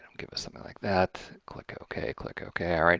give us something like that, click ok, click ok, alright.